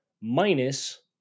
minus